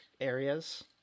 areas